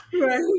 Right